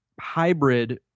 hybrid